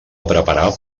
preparar